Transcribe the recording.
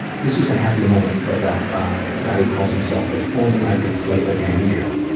this is a happy moment filled out by a guy who calls himself if only i could play the banjo.